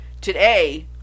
Today